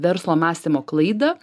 verslo mąstymo klaidą